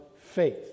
faith